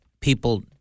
people